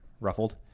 ruffled